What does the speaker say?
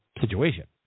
situation